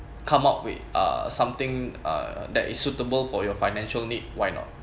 come up with uh something uh that is suitable for your financial need why not